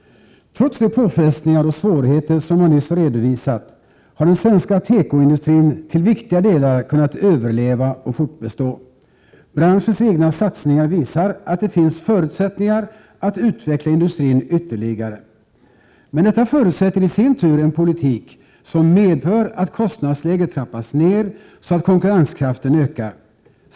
Trots de påfrestningar och svårigheter som jag nyss redovisat har den svenska tekoindustrin till viktiga delar kunnat överleva och fortbestå. Branschens egna satsningar visar att det finns förutsättningar att utveckla industrin ytterligare. Men detta förutsätter i sin tur en politik som medför att kostnadsläget trappas ned så att konkurrenskraften ökar.